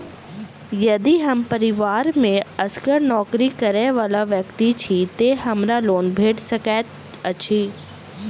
यदि हम परिवार मे असगर नौकरी करै वला व्यक्ति छी तऽ हमरा लोन भेट सकैत अछि?